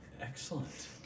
excellent